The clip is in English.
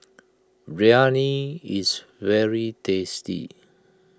Biryani is very tasty